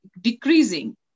decreasing